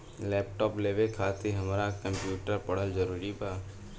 Laptop लेवे खातिर हमरा कम्प्युटर पढ़ल जरूरी बा?